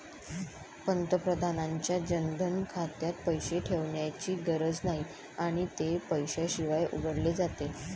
पंतप्रधानांच्या जनधन खात्यात पैसे ठेवण्याची गरज नाही आणि ते पैशाशिवाय उघडले जाते